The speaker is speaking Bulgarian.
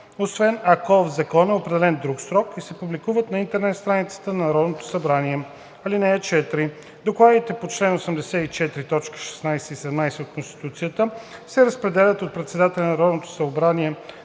освен ако в закон е определен друг срок, и се публикуват на интернет страницата на Народното събрание. (4) Докладите по чл. 84, т. 16 и 17 от Конституцията се разпределят от председателя на Народното събрание